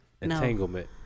entanglement